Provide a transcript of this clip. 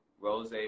rose